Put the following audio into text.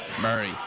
Murray